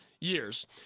years